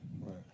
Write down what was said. Right